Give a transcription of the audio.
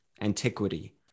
antiquity